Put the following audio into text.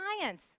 science